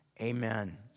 Amen